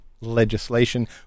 legislation